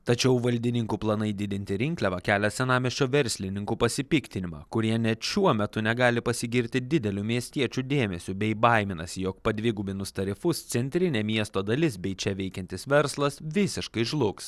tačiau valdininkų planai didinti rinkliavą kelia senamiesčio verslininkų pasipiktinimą kurie net šiuo metu negali pasigirti dideliu miestiečių dėmesiu bei baiminasi jog padvigubinus tarifus centrinė miesto dalis bei čia veikiantis verslas visiškai žlugs